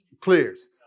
clears